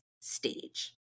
stage